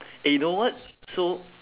eh you know what so